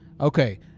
okay